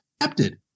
accepted